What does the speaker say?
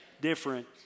Different